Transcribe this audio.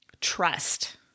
trust